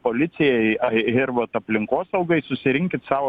policijai ar ir vat aplinkosaugai susirinkit sau